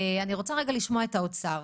אני רוצה רגע לשמוע את האוצר.